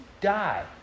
die